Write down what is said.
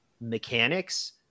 mechanics